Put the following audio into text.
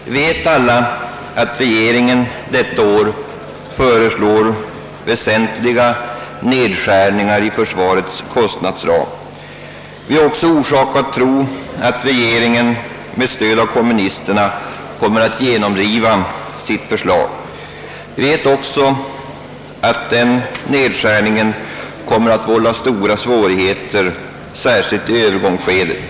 Vi vet alla att regeringen i år föreslår väsentliga nedskärningar av försvarets kostnadsram, och vi har orsak att tro att regeringen med stöd av kommunisterna kommer att genomdriva sitt förslag. Vi vet också att denna nedskärning kommer att vålla stora svårigheter, särskilt i övergångsskedet.